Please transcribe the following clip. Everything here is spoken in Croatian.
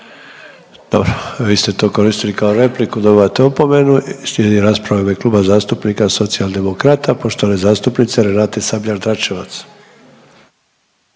Dobro, vi ste to koristili kao repliku i dobivate opomenu. Slijedi rasprava u ime Kluba zastupnika Socijaldemokrata poštovane zastupnice Renate Sabljar-Dračevac.